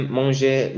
manger